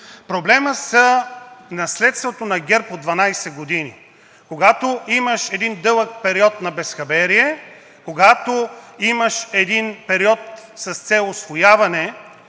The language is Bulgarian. Проблемът са наследството на ГЕРБ от 12 години, когато имаш един дълъг период на безхаберие, когато имаш един период с цел усвояване